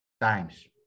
times